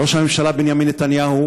ראש הממשלה בנימין נתניהו,